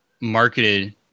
marketed